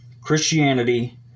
Christianity